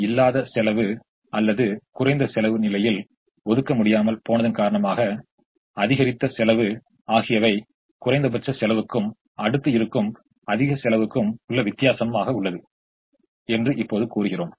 ஆகவே இல்லாத செலவு அல்லது குறைந்த செலவு நிலையில் ஒதுக்க முடியாமல் போனதன் காரணமாக அதிகரித்த செலவு ஆகியவை குறைந்தபட்ச செலவுக்கும் அடுத்து இருக்கும் அதிக செலவுக்கும் உள்ள வித்தியாசம் உள்ளது என்று இப்போது கூறுகிறோம்